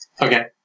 Okay